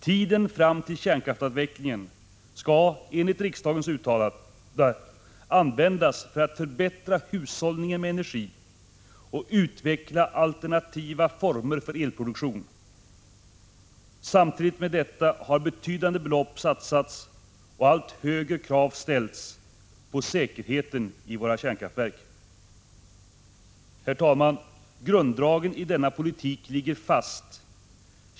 Tiden fram till kärnkraftsavvecklingen skall, enligt riksdagens uttalande, användas för att förbättra hushållningen med energi och för att utveckla alternativa former för elproduktion. Samtidigt med detta har betydande belopp satsats och allt högre krav ställts på säkerheten i våra kärnkraftverk. Herr talman! Grunddragen i denna politik ligger fast.